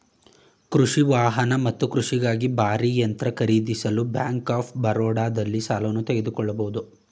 ಕೃಷಿ ವಾಹನ ಮತ್ತು ಕೃಷಿಗಾಗಿ ಭಾರೀ ಯಂತ್ರ ಖರೀದಿಸಲು ಬ್ಯಾಂಕ್ ಆಫ್ ಬರೋಡದಲ್ಲಿ ಸಾಲವನ್ನು ತೆಗೆದುಕೊಳ್ಬೋದು